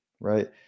right